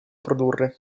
produrre